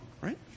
right